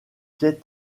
piet